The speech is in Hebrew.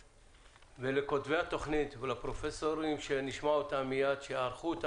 לכותבי התוכנית ולפרופסורים שנשמע אותם מיד שערכו את